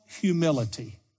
humility